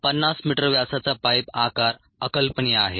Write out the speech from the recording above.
50 metre व्यासाचा pipe आकार अकल्पनीय आहे